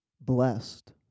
blessed